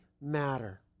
matter